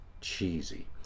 cheesy